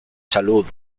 salud